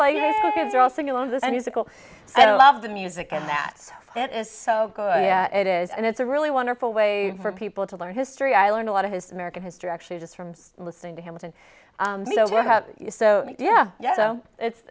sickle i love the music and that it is so it is and it's a really wonderful way for people to learn history i learn a lot of his american history actually just from listening to him and you know what have you so yeah yeah so it's